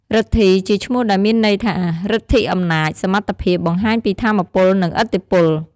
រិទ្ធីជាឈ្មោះដែល មានន័យថាឫទ្ធិអំណាច សមត្ថភាព បង្ហាញពីថាមពលនិងឥទ្ធិពល។